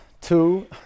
two